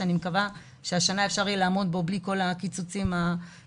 שאני מקווה שהשנה אפשר יהיה לעמוד בו בלי כל הקיצוצים המטורפים,